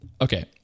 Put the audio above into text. Okay